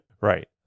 Right